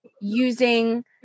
using